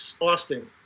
Austin